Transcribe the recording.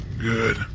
Good